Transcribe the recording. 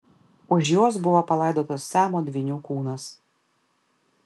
už jos buvo palaidotas siamo dvynių kūnas